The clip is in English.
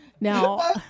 Now